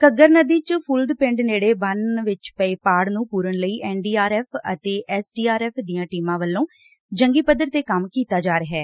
ਘੱਗਰ ਨਦੀ ਚ ਫੁਲਦ ਪਿੰਡ ਨੇੜੇ ਬੰਨੂ ਵਿਚ ਪਾਏ ਪਾੜ ਨੂੰ ਪੁਰਨ ਲਈ ਐਨ ਡੀ ਆਰ ਐਫ਼ ਅਤੇ ਐਸ ਡੀ ਆਰ ਐਫ਼ ਦੀਆਂ ਟੀਮਾਂ ਵੱਲੋਂ ਜੰਗੀ ਪੱਧਰ ਤੇ ਕੰਮ ਕੀਤਾ ਜਾ ਰਿਹੈ